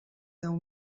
deu